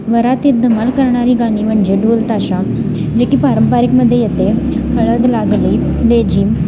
वरातीत धमाल करणारी गाणी म्हणजे ढोलताशा जे की पारंपरिकमधे येते हळद लागली लेझिम